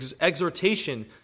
exhortation